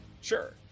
Sure